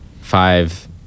five